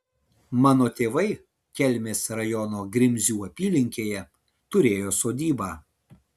mano tėvai kelmės rajono grimzių apylinkėje turėjo sodybą